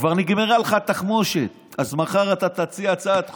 כבר נגמרה לך התחמושת, אז מחר אתה תציע הצעת חוק,